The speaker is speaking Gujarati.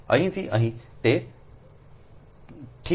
અહીંથી અહીં તે is છે